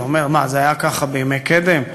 אתה אומר: מה, זה היה ככה בימי קדם?